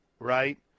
Right